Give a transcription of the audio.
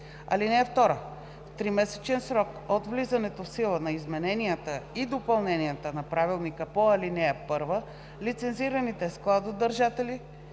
(2) В тримесечен срок от влизането в сила на измененията и допълненията на правилника по ал. 1 лицензираните складодържатели